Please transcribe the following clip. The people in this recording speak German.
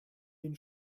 den